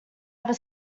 never